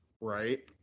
Right